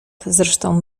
zresztą